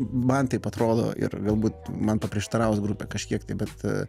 man taip atrodo ir galbūt man paprieštarau grupė kažkiek tai bet